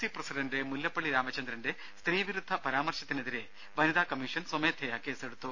C president Mullappally രാമചന്ദ്രന്റെ സ്ത്രീ വിരുദ്ധ പരാമർശത്തിനെതിരെ വനിതാ കമ്മീഷൻ സ്വമേധയാ കേസ് എടുത്തു